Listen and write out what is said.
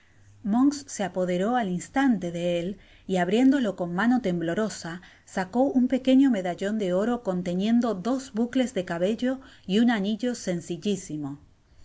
sé apoderó al instante de él y abriéndolo con mano temblorosa sacó un pequeño medallon de oro conteniendo dos bucles de cabello y un anillo sencillisimo